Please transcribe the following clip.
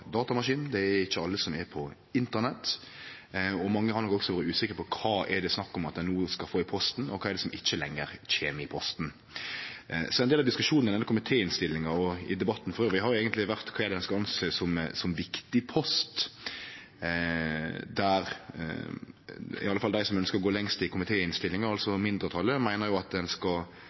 datamaskin, det er ikkje alle som er på internett, og mange har nok òg vore usikre på kva ein no skal få i posten, og kva som ikkje lenger kjem i posten. Ein del av diskusjonen rundt komitéinnstillinga og i debatten elles har vore kva ein skal anse som viktig post, der i alle fall dei som ønskjer å gå lengst i komitéinnstillinga, altså mindretalet, meiner at ein skal